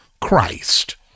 Christ